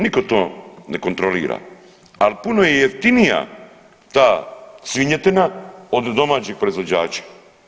Nitko to ne kontrolira, ali je puno jeftinija ta svinjetina od domaćih proizvođača.